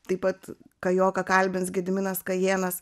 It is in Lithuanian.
taip pat kajoką kalbins gediminas kajėnas